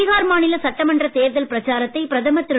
பீகார் மாநில சட்டமன்றத் தேர்தல் பிரசாரத்தை பிரதமர் திரு